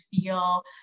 feel